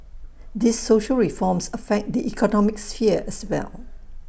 these social reforms affect the economic sphere as well